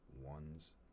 one's